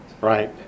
Right